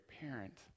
parent